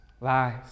lies